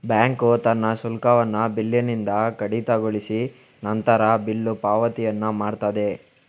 bank ತನ್ನ ಶುಲ್ಕವನ್ನ ಬಿಲ್ಲಿನಿಂದ ಕಡಿತಗೊಳಿಸಿ ನಂತರ ಬಿಲ್ಲು ಪಾವತಿಯನ್ನ ಮಾಡ್ತದೆ